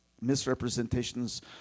misrepresentations